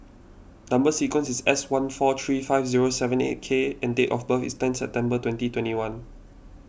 Number Sequence is S one four three five zero seven eight K and date of birth is ten September twenty twenty one